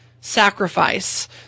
sacrifice